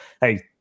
hey